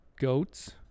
Goats